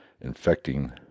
infecting